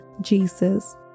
Jesus